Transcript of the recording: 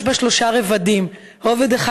יש בה שלושה רבדים: רובד אחד,